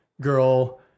girl